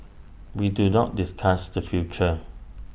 we do not discuss the future